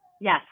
Yes